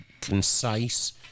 concise